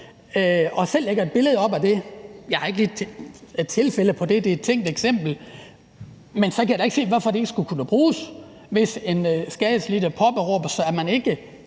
selv har lagt et billede op af det – jeg har ikke noget fortilfælde på det; det er et tænkt eksempel – så kan jeg da ikke se, hvorfor det ikke skulle kunne bruges, altså hvis skadeslidte påberåber sig, at man